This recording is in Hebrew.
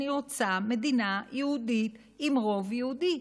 אני רוצה מדינה יהודית עם רוב יהודי,